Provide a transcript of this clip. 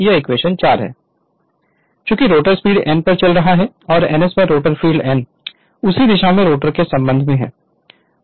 Refer Slide Time 1845 चूंकि rotor speed n पर चल रहा है और ns पर रोटर फ़ील्ड n उसी दिशा में रोटर के संबंध में है